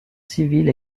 civile